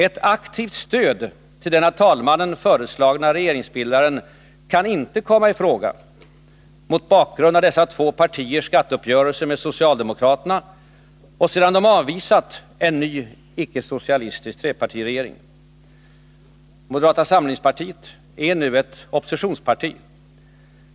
Ett aktivt stöd för den av talmannen föreslagna regeringsbildaren kan inte komma i fråga mot bakgrund av dessa två partiers skatteuppgörelse med socialdemokraterna och sedan de avvisat en ny icke-socialistisk trepartiregering. Moderata samlingspartiet är nu ett oppositionsparti.